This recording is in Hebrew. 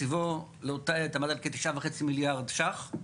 תקציבו לאותה עת עמד על כתשעה וחצי מיליארד ש"ח,